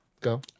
go